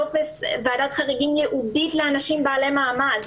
ועדת חריגים ייעודית לאנשים בעלי מעמד,